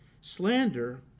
slander